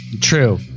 True